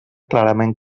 clarament